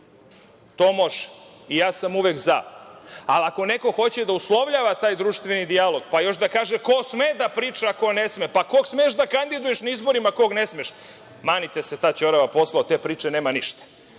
to može i ja sam uvek za. Ali, ako neko hoće da uslovljava taj društveni dijalog, pa još da kaže ko sme da priča a ko ne sme, pa koga smeš da kandiduješ na izborima a koga ne smeš – manite se ta ćorava posla, od te priče nema ništa.